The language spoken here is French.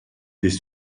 des